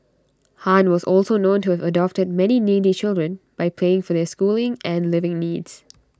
han was also known to have adopted many needy children by paying for their schooling and living needs